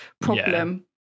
problem